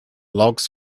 logs